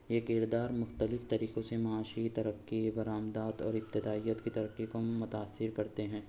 یہ کردار مختلف طریقوں سے معاشی ترقی برآمدات اور ابتدائیت کی ترقی کو متاثر کرتے ہیں